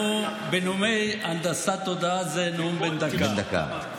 נאומי הנדסת תודעה זה בנאומים בני דקה.